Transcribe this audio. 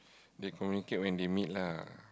they communicate when they meet lah